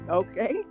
okay